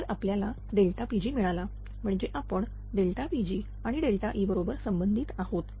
तर आपल्याला Pg मिळाला म्हणजे आपण Pg आणि E बरोबर संबंधित आहोत